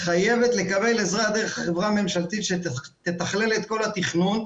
חייבת לקבל עזרה דרך החברה הממשלתית שתתכלל את כל התכנון.